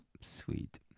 Sweet